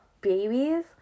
babies